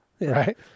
Right